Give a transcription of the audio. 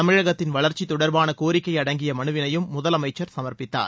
தமிழகத்தின் வளர்ச்சி தொடர்பான கோரிக்கை அடங்கிய மனுவினையும் முதலமைச்சர் சமர்ப்பித்தார்